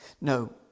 No